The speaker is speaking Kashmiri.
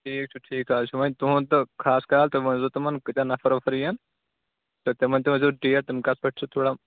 ٹھیٖک چھُ ٹھیٖک حظ چھُ وۄنۍ تُہُنٛد تہٕ خاص خَیال تُہۍ ؤنۍزیو تِمن کۭتیٛاہ نفر وفر یِن تہٕ تِمن تہِ ؤنۍزیو ڈیٹ تِم کَتھ پٮ۪ٹھ چھِ تھوڑا